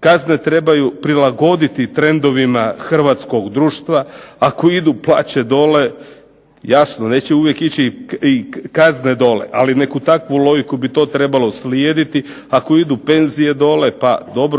kazne treba prilagoditi trendovima Hrvatskog društva, ako idu plaće dole, jasno neće uvijek i kazne ići dole, ali nekakvu takvu logiku bi to trebalo slijediti ako idu penzije dole,